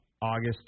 August